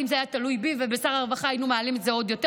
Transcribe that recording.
ואם זה היה תלוי בי ובשר הרווחה היינו מעלים עוד יותר,